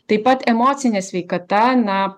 taip pat emocinė sveikata na